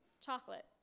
chocolate